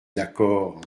d’accord